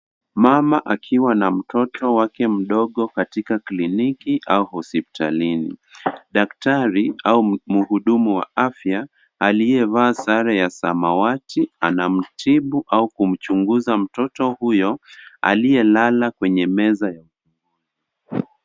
Mama akiwa na mtoto wake mdogo katika kliniki, au hospitalini daktari au mhudumu wa afya. Alie Vaa sare ya samawati anamtibu au kumuchuguza mtoto huyo Alie lala kwenye meza.